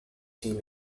team